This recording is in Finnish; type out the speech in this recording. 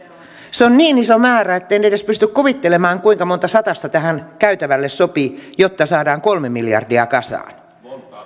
se on niin iso määrä etten edes pysty kuvittelemaan kuinka monta satasta tähän käytävälle sopii jotta saadaan kolme miljardia kasaan